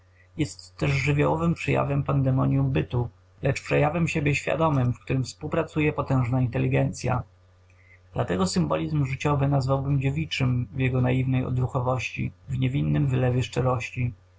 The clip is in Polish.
jest też żywiołowym przejawem pandemondium bytu lecz przejawem siebie świadomym w którym współpracuje potężna inteligencya dlatego symbolizm życiowy nazwałbym dziewiczym w jego naiwnej odruchowości w niewinnym wylewie szczerości